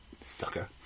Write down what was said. Sucker